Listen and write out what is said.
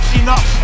enough